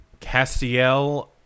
Castiel